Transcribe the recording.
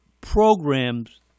programs